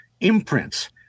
imprints